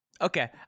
Okay